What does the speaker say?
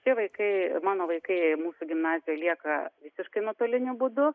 tie vaikai mano vaikai mūsų gimnazijoje lieka visiškai nuotoliniu būdu